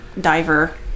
diver